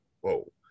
whoa